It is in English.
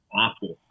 awful